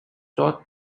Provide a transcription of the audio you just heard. taught